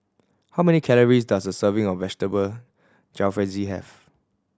how many calories does a serving of Vegetable Jalfrezi have